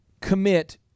commit